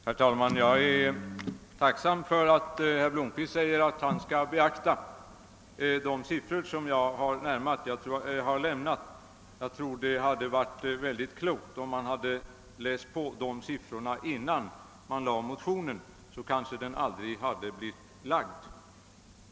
Herr talman! Jag är tacksam för att herr Blomkvist säger att han skall beakta de siffror som jag har redovisat. Om han hade studerat dem innan motionen skrevs hade den kanske aldrig blivit väckt.